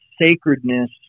sacredness